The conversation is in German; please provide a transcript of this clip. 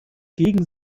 gegen